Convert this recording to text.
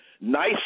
nice